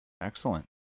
excellent